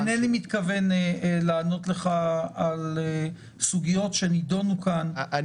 אני אינני מתכוון לענות לך על סוגיות שנידונו כאן עם